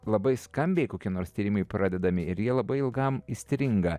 labai skambiai kokie nors tyrimai pradedami ir jie labai ilgam įstringa